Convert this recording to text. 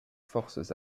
forces